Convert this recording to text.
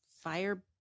fire